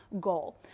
goal